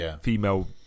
female